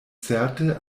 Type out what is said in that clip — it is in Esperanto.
certe